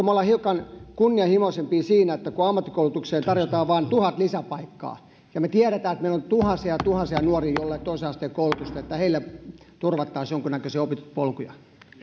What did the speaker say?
me olla hiukan kunnianhimoisempia siinä että kun ammattikoulutukseen tarjotaan vain tuhat lisäpaikkaa ja me tiedämme että meillä on tuhansia ja tuhansia nuoria joilla ei ole toisen asteen koulutusta heille turvattaisiin jonkunnäköisiä opintopolkuja